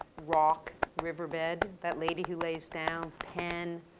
rock, river bed, that lady who lays down, pen,